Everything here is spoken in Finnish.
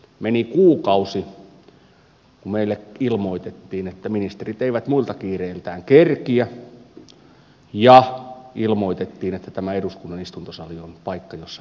meni kuukausi kun meille ilmoitettiin että ministerit eivät muilta kiireiltään kerkiä ja ilmoitettiin että tämä eduskunnan istuntosali on paikka jossa me tätä keskustelua käymme